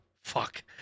Fuck